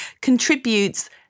contributes